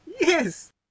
yes